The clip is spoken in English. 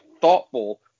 thoughtful